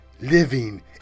living